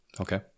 Okay